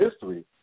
history